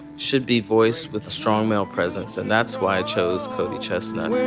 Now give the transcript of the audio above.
should be voiced with a strong, male presence. and that's why i chose cody chesnutt